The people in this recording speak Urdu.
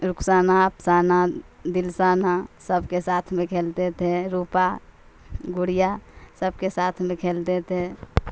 رخسانہ افسانہ دلشانہ سب کے ساتھ میں کھیلتے تھے روپا گڑیا سب کے ساتھ میں کھیلتے تھے